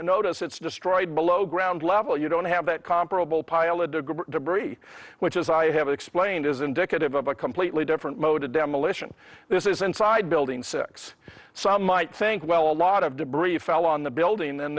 and notice it's destroyed below ground level you don't have that comparable pile of debris which as i have explained is indicative of a completely different mode of demolition this is inside building six some might think well a lot of debris fell on the building and